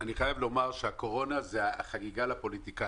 אני חייב לומר שהקורונה זה החגיגה לפוליטיקאים,